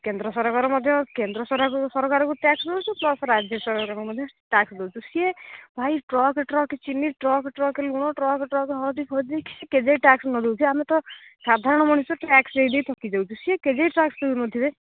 କେନ୍ଦ୍ର ସରକାର ମଧ୍ୟ କେନ୍ଦ୍ର ସର ସରକାରଙ୍କୁ ଟାକ୍ସ୍ ଦେଉଛୁ ପ୍ଲସ୍ ରାଜ୍ୟ ସରକାରଙ୍କୁ ମଧ୍ୟ ଟାକ୍ସ୍ ଦେଉଛୁ ସିଏ ଭାଇ ଟ୍ରକ୍ ଟ୍ରକ୍ ଚିନି ଟ୍ରକ୍ ଟ୍ରକ୍ ଲୁଣ ଟ୍ରକ୍ ଟ୍ରକ୍ ହଳଦୀ ଫଳଦୀ କେଯାଏ ଟାକ୍ସ୍ ନ ଦେଉଛି ଆମେ ତ ସାଧାରଣ ମଣିଷ ଟାକ୍ସ୍ ଦେଇ ଦେଇ ଥକି ଯାଉଛୁ ସିଏ କେଯାଏ ଟାକ୍ସ୍ ଦେଉ ନଥିବ